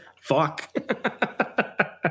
fuck